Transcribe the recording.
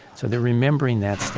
so they're remembering that